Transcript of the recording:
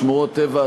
שמורות טבע,